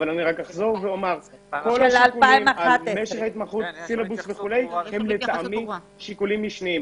אני חוזר ואומר כל השיקולים על משך ההתמחות והסילבוס הם לטעמי משניים.